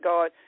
God